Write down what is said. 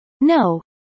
no